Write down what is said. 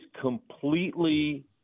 completely